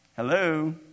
Hello